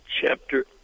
chapter